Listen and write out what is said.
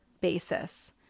basis